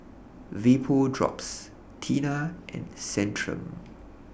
Vapodrops Tena and Centrum